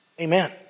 Amen